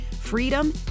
freedom